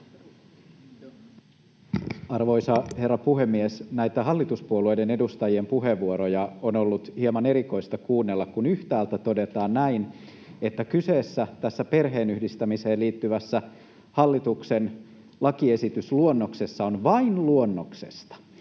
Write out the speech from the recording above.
Arvoisa herra puhemies! Näitä hallituspuolueiden edustajien puheenvuoroja on ollut hieman erikoista kuunnella, kun yhtäältä todetaan, että tässä perheenyhdistämiseen liittyvässä hallituksen lakiesitysluonnoksessa on kyse vain luonnoksesta,